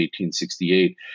1868